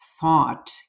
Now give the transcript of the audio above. thought